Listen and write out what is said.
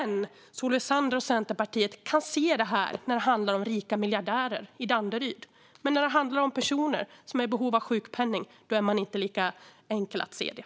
Solveig Zander och Centerpartiet kan se det när det gäller rika miljardärer i Danderyd. Men när det gäller personer som är i behov av sjukpenning har de inte lika lätt att se det.